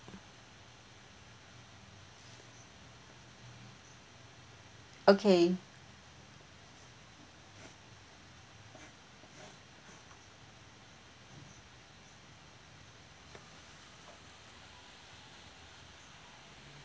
okay